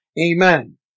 Amen